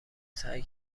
سعی